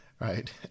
right